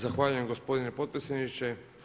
Zahvaljujem gospodine potpredsjedniče.